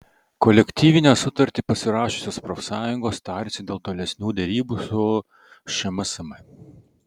kolektyvinę sutartį pasirašiusios profsąjungos tarėsi dėl tolesnių derybų su šmsm